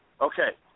Okay